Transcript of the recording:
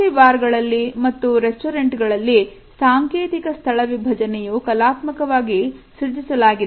coffee bar ಗಳಲ್ಲಿ ಮತ್ತು restaurant ಗಳಲ್ಲಿ ಸಾಂಕೇತಿಕ ಸ್ಥಳ ವಿಭಜನೆಯು ಕಲಾತ್ಮಕವಾಗಿ ಸೃಜಿಸಲಾಗಿದೆ